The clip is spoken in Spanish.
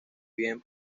bien